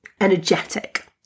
energetic